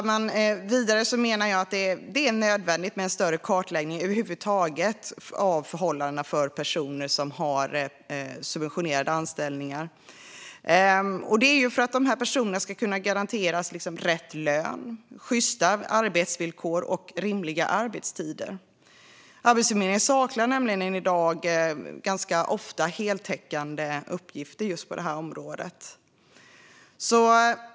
Jag menar vidare att det över huvud taget är nödvändigt med en större kartläggning av förhållandena för personer som har subventionerade anställningar för att dessa personer ska garanteras rätt lön, sjysta arbetsvillkor och rimliga arbetstider. Arbetsförmedlingen saknar nämligen i dag ofta heltäckande uppgifter på området.